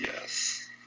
Yes